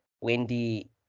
Wendy